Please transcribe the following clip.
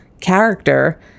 character